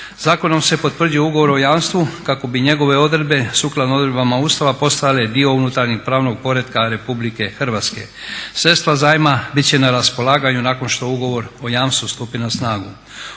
Zakonom se potvrđuje Ugovor o jamstvu kako bi njegove odredbe sukladno odredbama Ustava postale dio unutarnjeg pravnog poretka Republike Hrvatske. Sredstva zajma bit će na raspolaganju nakon što ugovor o jamstvu stupi na snagu.